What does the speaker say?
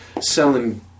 selling